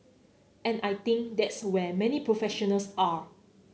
and I think that's where many professionals are